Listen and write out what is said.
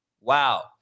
wow